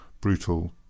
brutal